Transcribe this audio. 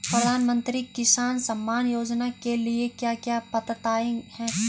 प्रधानमंत्री किसान सम्मान योजना के लिए क्या क्या पात्रताऐं हैं?